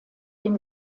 dem